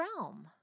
realm